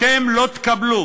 אתם לא תקבלו.